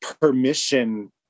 permission